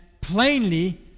plainly